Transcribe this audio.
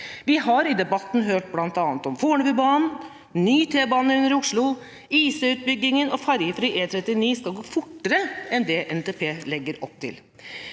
Vi har i debatten hørt at bl.a. Fornebubanen, ny T-bane under Oslo, IC-utbyggingen og ferjefri E39 skal gå fortere enn det NTP legger opp til.